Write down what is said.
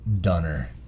Dunner